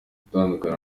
utandukana